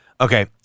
Okay